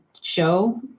show